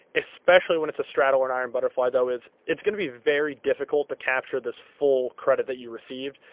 especially when it's a straddle or an iron butterfly, though, it's it's going to be very difficult to capture this full credit that you received.